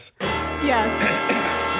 Yes